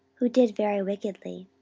who did very wickedly